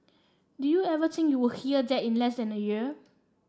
did you ever think you would hear that in less than a year